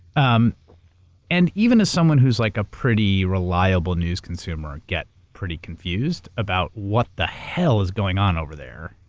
um and even as someone who's like a pretty reliable news consumer, get pretty confused about what the hell is going on over there.